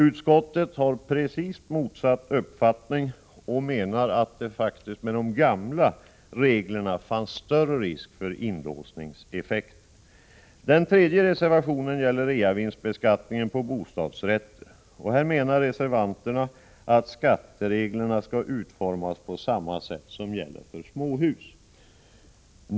Utskottet har precis motsatt uppfattning och menar att det med de gamla reglerna faktiskt fanns större risk för inlåsningseffekter. Reservation 3 handlar om försäljning av bostadsrätt. Här anser reservanterna att skattereglerna skall utformas på samma sätt som för småhus.